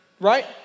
right